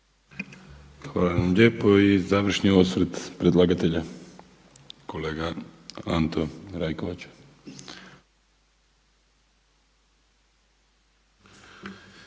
Hvala lijepo. I završni osvrt predlagatelja kolega Anto Rajkovača.